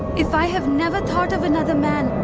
if i have never thought of another man,